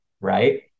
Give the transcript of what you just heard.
right